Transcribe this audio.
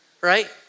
right